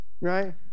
right